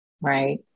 Right